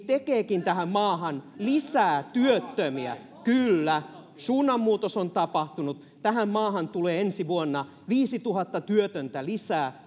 tekeekin tähän maahan lisää työttömiä kyllä suunnanmuutos on tapahtunut tähän maahan tulee ensi vuonna viisituhatta työtöntä lisää